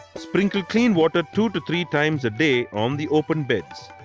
sprinkle clean water two to three times a day on the open beds.